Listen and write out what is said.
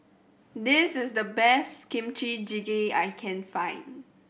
this is the best Kimchi Jjigae I can find